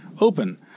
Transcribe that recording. open